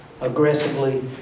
aggressively